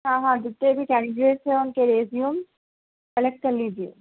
ہاں ہاں جتنے بھی کینڈیڈیٹس ہیں ان کے ریزیوم کلکٹ کر لیجیے